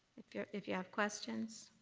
if yeah if you have questions?